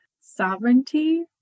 sovereignty